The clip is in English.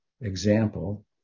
example